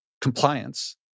compliance